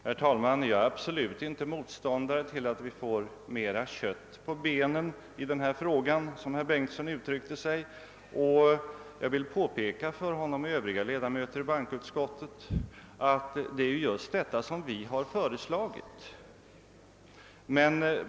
Herr talman! Jag är absolut inte mot: ståndare till att vi får, som herr Bengtsson uttryckte sig, mera kött på benen i den här frågan. Jag vill påpeka för honom och övriga ledamöter i bankoutskottet att det är just detta som vi har föreslagit.